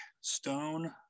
Stone